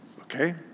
Okay